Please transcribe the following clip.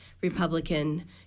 Republican